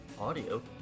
audio